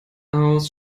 aus